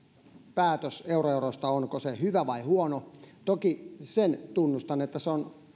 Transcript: päätös euroerosta on onko se hyvä vai huono toki sen tunnustan että se on